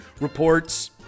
reports